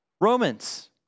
Romans